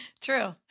True